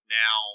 now